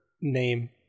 name